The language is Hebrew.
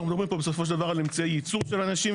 שאנחנו מדברים בסופו של דבר על אמצעי ייצור של אנשים.